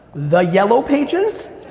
the yellow pages,